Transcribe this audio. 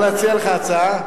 אפשר להציע לך הצעה?